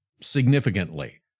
significantly